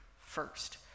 first